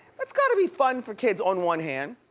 that's gotta be fun for kids, on one hand.